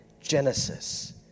Genesis